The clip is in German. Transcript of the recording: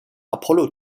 apollo